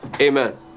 Amen